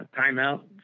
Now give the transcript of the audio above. timeout